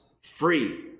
free